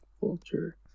Vulture